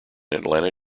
atlanta